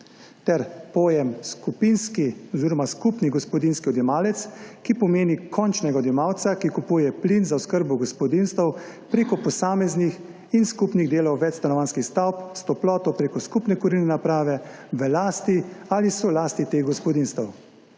ter pojem skupinski oziroma skupni gospodinjski odjemalec, ki pomeni končnega odjemalca, ki kupuje plin za oskrbo gospodinjstev prek posameznih in skupnih delov večstanovanjskih stavb s toploto prek skupne kurilne naprave v lasti ali solasti teh gospodinjstev.